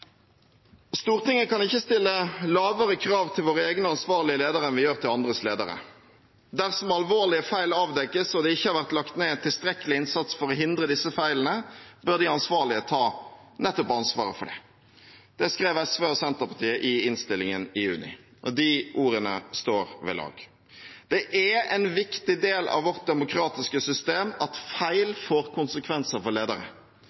Stortinget kan ikke stille lavere krav til sine egne ansvarlige ledere enn vi gjør til andres ledere. «Dersom alvorlige feil avdekkes og det ikke har vært lagt ned en tilstrekkelig innsats for å hindre disse feilene, bør de ansvarlige ta nettopp ansvaret for det.» Det skrev SV og Senterpartiet i innstillingen i juni, og de ordene står ved lag. Det er en viktig del av vårt demokratiske system at feil får konsekvenser for ledere,